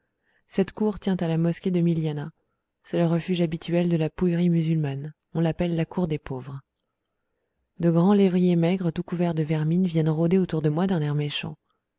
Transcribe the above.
cette cour tient à la mosquée de milianah c'est le refuge habituel de la pouillerie musulmane on l'appelle la cour des pauvres de grands lévriers maigres tout couverts de vermine viennent rôder autour de moi d'un air méchant